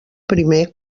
primer